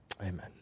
Amen